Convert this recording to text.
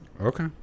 okay